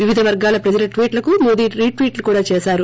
వివిధ వర్గాల ప్రజల ట్వీట్లకు మోదీ రీట్వీట్లు కూడా చేశారు